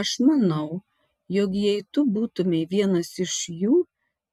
aš manau jog jei tu būtumei vienas iš jų